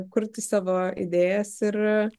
kurti savo idėjas ir